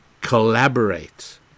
collaborate